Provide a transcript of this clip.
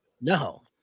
No